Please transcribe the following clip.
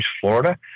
Florida